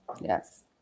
Yes